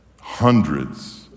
hundreds